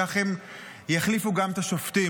כך הם יחליפו גם את השופטים.